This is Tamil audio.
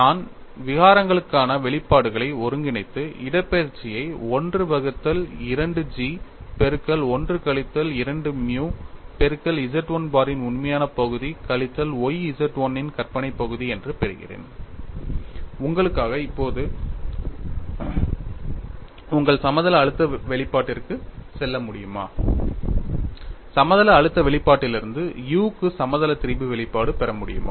நான் விகாரங்களுக்கான வெளிப்பாடுகளை ஒருங்கிணைத்து இடப்பெயர்ச்சியை 1 வகுத்தல் 2 G பெருக்கல் 1 கழித்தல் 2 மியூ பெருக்கல் Z 1 பாரின் உண்மையான பகுதி கழித்தல் y Z 1 இன் கற்பனை பகுதி என்று பெறுகிறேன் உங்களுக்காக இப்போது உங்கள் சமதள அழுத்த வெளிப்பாட்டிற்குச் செல்ல முடியுமா சமதள அழுத்த வெளிப்பாட்டிலிருந்து u க்கு சமதள திரிபு வெளிப்பாடு பெற முடியுமா